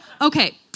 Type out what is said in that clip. Okay